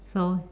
so